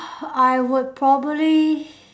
I would probably